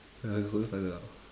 ya it's always like that lah